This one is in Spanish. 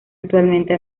actualmente